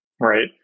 right